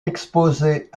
exposées